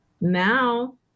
Now